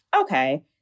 okay